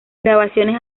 grabaciones